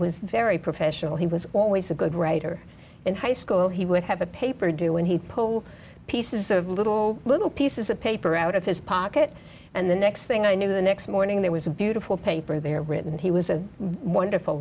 was very professional he was always a good writer in high school he would have a paper due and he'd pull pieces of little little pieces of paper out of his pocket and the next thing i knew the next morning there was a beautiful paper they're written and he was a wonderful